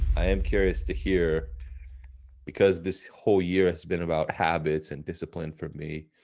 i am curious to hear because this whole year has been about habits and discipline for me.